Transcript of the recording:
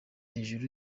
hejuru